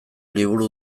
liburu